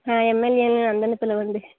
ఎంఎల్ఏలను అందరిని పిలవండి